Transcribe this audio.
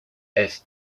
est